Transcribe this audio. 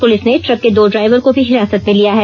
police ने truck के दो ड्राइवर को भी हिरासत में लिया है